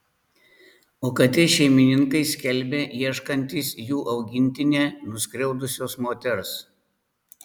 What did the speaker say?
o katės šeimininkai skelbia ieškantys jų augintinę nuskriaudusios moters